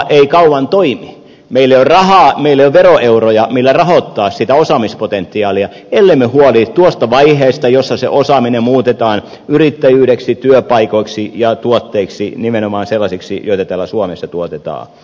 meillä ei ole rahaa meillä ei ole veroeuroja millä rahoittaa sitä osaamispotentiaalia ellemme huolehdi tuosta vaiheesta jossa se osaaminen muutetaan yrittäjyydeksi työpaikoiksi ja tuotteiksi nimenomaan sellaisiksi joita täällä suomessa tuotetaan